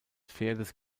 pferdes